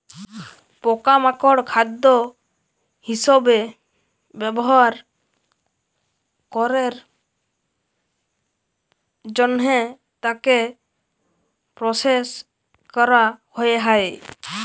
পকা মাকড় খাদ্য হিসবে ব্যবহার ক্যরের জনহে তাকে প্রসেস ক্যরা হ্যয়ে হয়